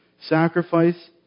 sacrifice